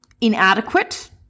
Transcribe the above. inadequate